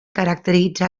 caracteritza